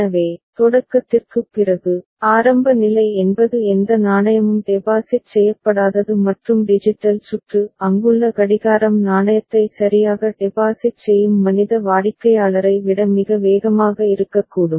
எனவே தொடக்கத்திற்குப் பிறகு ஆரம்ப நிலை என்பது எந்த நாணயமும் டெபாசிட் செய்யப்படாதது மற்றும் டிஜிட்டல் சுற்று அங்குள்ள கடிகாரம் நாணயத்தை சரியாக டெபாசிட் செய்யும் மனித வாடிக்கையாளரை விட மிக வேகமாக இருக்கக்கூடும்